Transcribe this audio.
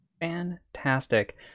Fantastic